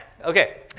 Okay